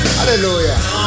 hallelujah